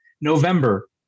November